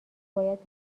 باید